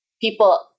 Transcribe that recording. people